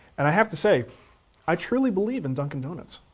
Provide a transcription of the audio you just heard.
and i have to say i truly believe in dunkin' donuts.